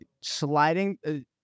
sliding